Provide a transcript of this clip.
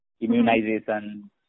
immunization